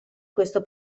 questo